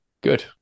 Good